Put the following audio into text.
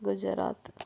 Gujarat